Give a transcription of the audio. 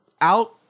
out